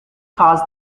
caused